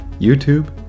YouTube